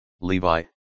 Levi